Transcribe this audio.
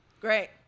great